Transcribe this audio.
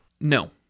No